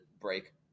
break